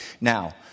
Now